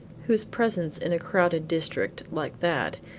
whose presence in a crowded district, like that,